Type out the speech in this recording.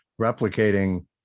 replicating